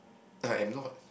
I am not